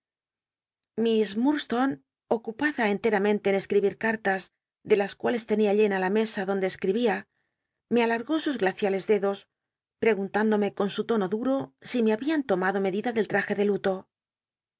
s ltii'cistonc ocupada cnte unenle en c l'i'íhir cartas ele las cuales tenia llena la mesa donde escribía me aja gú sus glaciales dedos pregunt índome con su tono dui'o si me habían tomado medida del tmj e de lulo